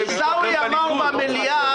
עיסאווי אמר משהו אתמול במליאה.